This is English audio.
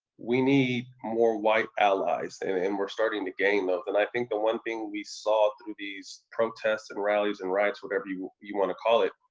we need more white allies, and and we're starting to gain those. and i think the one thing we saw through these protests and rallies and riots, whatever you you wanna call it,